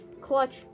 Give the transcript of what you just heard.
clutch